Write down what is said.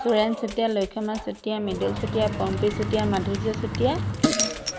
Suren Chutia Lakshyama Chutia Mridal Chutia Pompi Chutia Madhurya Chutia